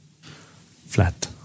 Flat